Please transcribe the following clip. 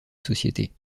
société